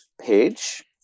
page